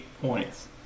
points